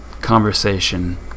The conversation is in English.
conversation